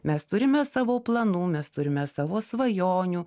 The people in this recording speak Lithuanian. mes turime savo planų mes turime savo svajonių